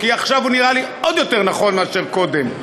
כי עכשיו הוא נראה לי עוד יותר נכון מאשר קודם,